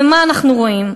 ומה אנחנו רואים?